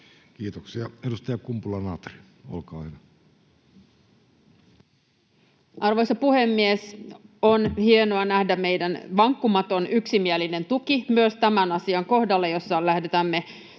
Kiitoksia. — Edustaja Kumpula-Natri, olkaa hyvä. Arvoisa puhemies! On hienoa nähdä meidän vankkumaton, yksimielinen tuki myös tämän asian kohdalla, jossa lähetämme